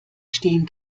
stehen